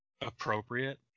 appropriate